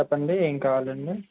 చెప్పండి ఏం కావాలండి